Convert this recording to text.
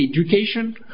education